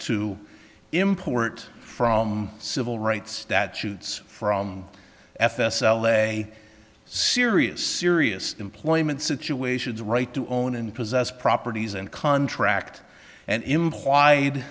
to import from civil rights statutes from fs l a serious serious employment situations right to own and possess properties and contract and